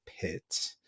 pit